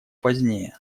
позднее